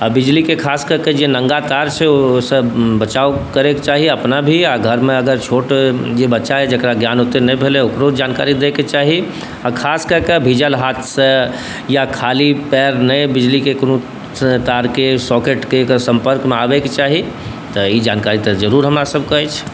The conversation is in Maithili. आओर बिजलीके खास कऽ कऽ जे नङ्गा तार छै ओहिसँ बचाव करैके चाही अपना भी आओर घरमे अगर छोट जे बच्चा अइ जकरा ज्ञान ओतेक नहि भेलैए ओकरो जानकारी दैके चाही आओर खास करिके भिजल हाथसँ या खाली पाएर नहि बिजलीके कोनो तारके सॉकेटके सम्पर्कमे आबैके चाही तऽ ई जानकारी तऽ जरूर हमरासबके अछि